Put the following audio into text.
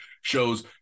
shows